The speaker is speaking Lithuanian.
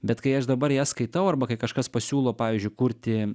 bet kai aš dabar jas skaitau arba kai kažkas pasiūlo pavyzdžiui kurti